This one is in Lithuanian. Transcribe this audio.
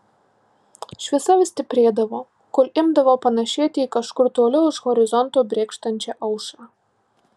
šviesa vis stiprėdavo kol imdavo panašėti į kažkur toli už horizonto brėkštančią aušrą